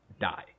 die